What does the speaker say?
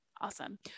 awesome